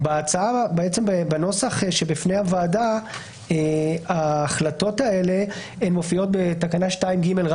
בנוסח שבפני הוועדה ההחלטות האלה מופיעות בתקנה 2ג,